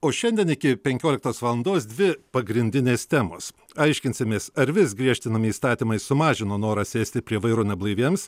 o šiandien iki penkioliktos valandos dvi pagrindinės temos aiškinsimės ar vis griežtinami įstatymai sumažino norą sėsti prie vairo neblaiviems